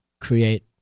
create